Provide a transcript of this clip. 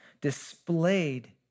displayed